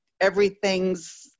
everything's